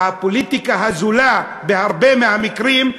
והפוליטיקה הזולה בהרבה מהמקרים,